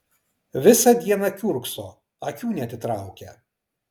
visą dieną kiurkso akių neatitraukia